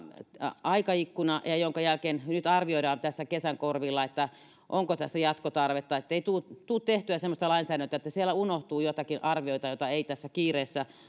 aikaikkuna jonka jälkeen arvioidaan kesän korvilla onko tässä jatkotarvetta ettei tule tule tehtyä semmoista lainsäädäntöä että siellä unohtuu joitakin arvioita joita ei tässä kiireessä